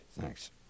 Thanks